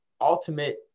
ultimate